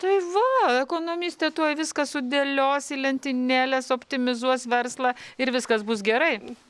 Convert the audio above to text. tai va ekonomistė tuoj viską sudėlios į lentynėles optimizuos verslą ir viskas bus gerai